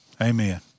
Amen